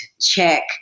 check